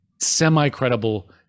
semi-credible